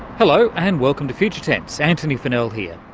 hello, and welcome to future tense. antony funnell here.